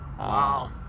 Wow